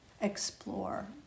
explore